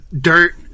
dirt